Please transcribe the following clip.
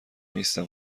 نیستم